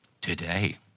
today